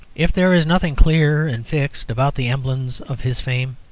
if there is nothing clear and fixed about the emblems of his fame,